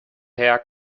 hair